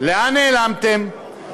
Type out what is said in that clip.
לאן נעלמתם?